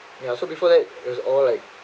ya so before there's all like